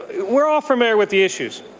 we're all familiar with the issues.